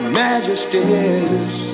majesties